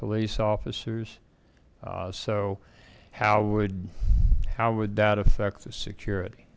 police officers so how would how would that affect the security